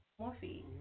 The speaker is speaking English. Morphe